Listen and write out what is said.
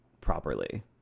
properly